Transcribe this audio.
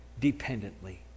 dependently